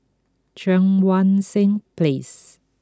Cheang Wan Seng Place